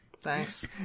Thanks